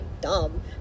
dumb